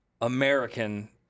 American